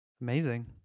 Amazing